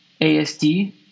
ASD